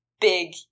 big